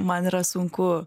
man yra sunku